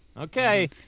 Okay